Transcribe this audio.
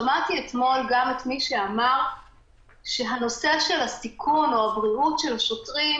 כי שמעתי אתמול גם מי שאמר שהנושא של הסיכון או הבריאות של השוטרים,